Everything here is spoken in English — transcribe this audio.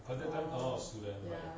orh ya